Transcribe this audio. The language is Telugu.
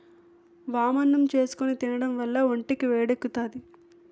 వామన్నం చేసుకుని తినడం వల్ల ఒంటికి వేడెక్కుతాది